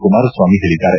ಕುಮಾರಸ್ವಾಮಿ ಹೇಳಿದ್ದಾರೆ